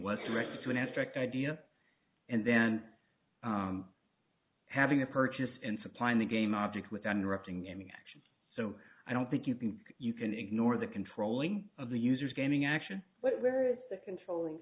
was directed to an abstract idea and then having a purchase and supplying the game object without interrupting any actions so i don't think you can you can ignore the controlling of the users gaming action but where is the controlling